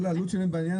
זה לא נופל עליהם.